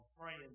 Praying